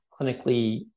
clinically